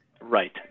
Right